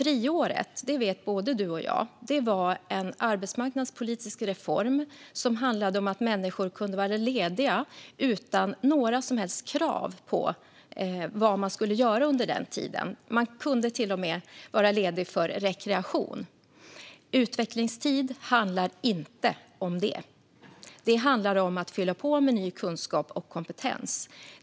Både du, Mats Green, och jag vet att friåret var en arbetsmarknadspolitisk reform som handlade om att människor kunde vara lediga utan några som helst krav på vad de skulle göra under den tiden. Man kunde till och med vara ledig för rekreation. Men utvecklingstid handlar inte om detta. Det handlar om att fylla på med ny kunskap och kompetens.